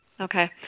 Okay